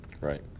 Right